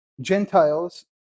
Gentiles